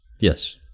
Yes